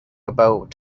about